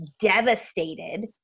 devastated